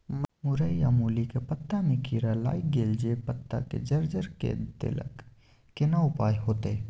मूरई आ मूली के पत्ता में कीरा लाईग गेल जे पत्ता के जर्जर के देलक केना उपाय होतय?